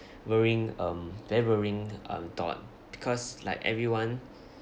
worrying um very worrying um thought because like everyone